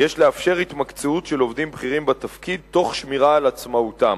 גיסא יש לאפשר התמקצעות של עובדים בכירים בתפקיד תוך שמירה על עצמאותם.